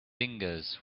fingers